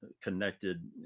connected